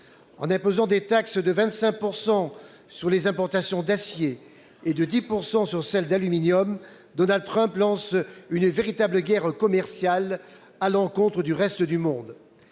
En imposant des taxes de 25 % sur les importations d'acier et de 10 % sur celles d'aluminium, Donald Trump lance une véritable guerre commerciale à l'encontre du reste du monde.